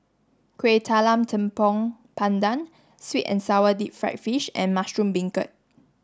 Kuih Talam Tepong Pandan sweet and sour deep fried fish and mushroom beancurd